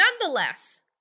nonetheless